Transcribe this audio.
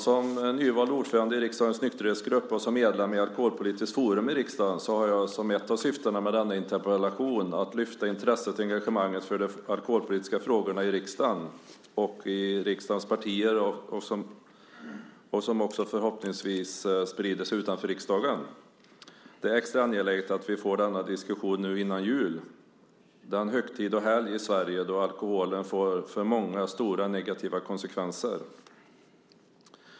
Som nyvald ordförande i riksdagens nykterhetsgrupp och som medlem i Alkoholpolitiskt forum i riksdagen har jag som ett av syftena med denna interpellation att lyfta intresset och engagemanget för de alkoholpolitiska frågorna i riksdagen och i riksdagens partier som förhoppningsvis sprider sig utanför riksdagen. Det är extra angeläget att vi får denna diskussion nu innan jul, den högtid och helg i Sverige då alkoholen för många får stora negativa konsekvenser.